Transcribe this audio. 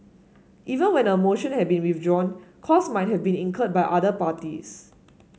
even when a motion had been withdrawn cost might have been incurred by other parties